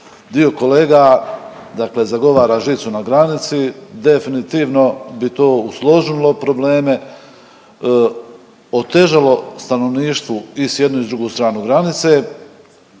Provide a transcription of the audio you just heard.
Dio kolega, dakle zagovara žicu na granici. Definitivno bi to usložilo probleme, otežalo stanovništvu i s jednu i s drugu stranu granice,